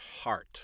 heart